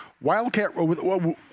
Wildcat